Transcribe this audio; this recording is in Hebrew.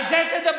על זה תדברו.